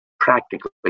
Practically